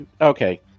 Okay